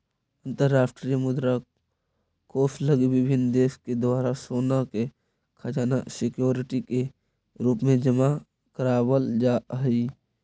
अंतरराष्ट्रीय मुद्रा कोष लगी विभिन्न देश के द्वारा सोना के खजाना सिक्योरिटी के रूप में जमा करावल जा हई